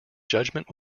judgment